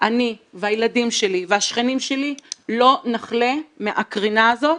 אני והילדים שלי והשכנים שלי לא נחלה מהקרינה הזאת